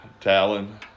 Talon